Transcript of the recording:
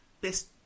best